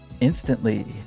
instantly